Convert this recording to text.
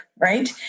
right